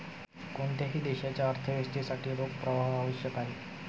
कोणत्याही देशाच्या अर्थव्यवस्थेसाठी रोख प्रवाह आवश्यक आहे